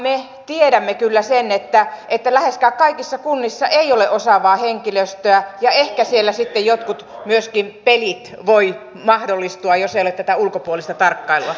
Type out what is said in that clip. me tiedämme kyllä sen että läheskään kaikissa kunnissa ei ole osaavaa henkilöstöä ja ehkä siellä sitten myöskin jotkut pelit voivat mahdollistua jos ei ole tätä ulkopuolista tarkkailua